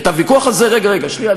היא עשתה זאת, רגע, רגע, שנייה.